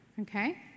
Okay